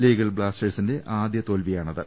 ലീഗിൽ ബ്ലാസ്റ്റേഴ്സിന്റെ ആദ്യ തോൽവി യാണിത്